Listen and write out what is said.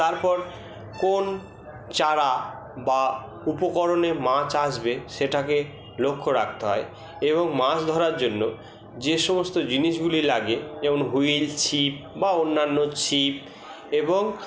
তারপর কোন চারা বা উপকরণে মাছ আসবে সেটাকে লক্ষ্য রাখতে হয় এবং মাছ ধরার জন্য যে সমস্ত জিনিসগুলি লাগে যেমন হুইল ছিপ বা অন্যান্য ছিপ এবং